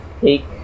take